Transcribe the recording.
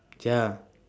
ya